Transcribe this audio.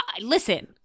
listen